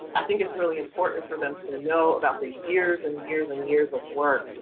i think it's really important for them to know about the years and years and years of work,